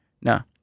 now